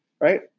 right